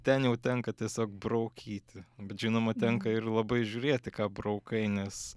ten jau tenka tiesiog braukyti bet žinoma tenka ir labai žiūrėti ką braukai nes